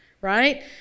right